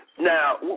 Now